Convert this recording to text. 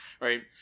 right